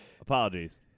Apologies